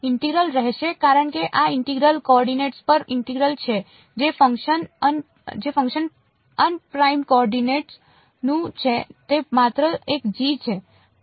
integral રહેશે કારણ કે આ ઇન્ટિગરલ કોઓર્ડિનેટ્સ પર ઇન્ટિગરલ છે જે ફંક્શન અપ્રિમ્ડ કોઓર્ડિનેટ્સ નું છે તે માત્ર એક g છે